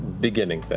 beginning.